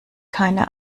keine